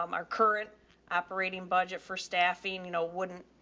um our current operating budget for staffing, you know, wouldn't,